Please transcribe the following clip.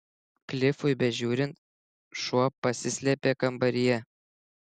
klifui bežiūrint šuo pasislėpė kambaryje